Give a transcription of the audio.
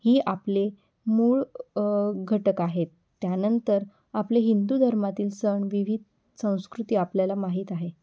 ही आपले मूळ घटक आहेत त्यानंतर आपले हिंदू धर्मातील सण विविध संस्कृती आपल्याला माहीत आहे